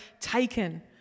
taken